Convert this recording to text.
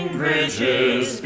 bridges